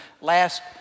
last